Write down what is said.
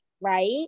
right